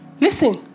Listen